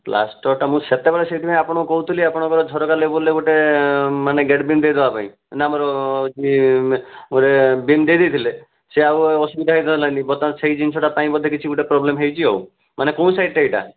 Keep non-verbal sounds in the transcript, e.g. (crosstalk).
ପ୍ଲାଷ୍ଟରଟା ମୁଁ ସେତେବେଳେ ସେଇଥିପାଇଁ ଆପଣଙ୍କୁ କହୁଥିଲି ଆପଣଙ୍କର ଝରକା ଲେବୁଲରେ ଗୋଟେ ମାନେ ଗେଟ୍ ବିମ୍ ଦେଇ ଦେବା ପାଇଁ ନା ଆମର (unintelligible) ଗୋଟେ ବିମ୍ ଦେଇଦେଇଥିଲେ ସେ ଆଉ ଅସୁବିଧା (unintelligible) ବର୍ତ୍ତମାନ ସେଇ ଜିନିଷଟା ପାଇଁ ବୋଧେ କିଛି ଗୋଟେ ପ୍ରୋବ୍ଲେମ୍ ହେଇଛି ଆଉ ମାନେ କେଉଁ ସାଇଟ୍ଟା ଏଇଟା